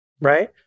right